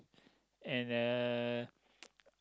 and uh